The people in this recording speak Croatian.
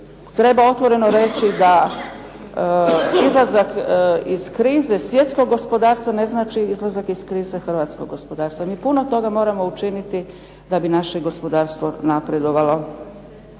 treba otvoreno reći da izlazak iz krize svjetskog gospodarstva ne znači izlazak iz krize hrvatskog gospodarstva. Mi puno toga moramo učiniti da bi naše gospodarstvo napredovalo